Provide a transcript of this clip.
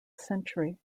century